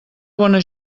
bona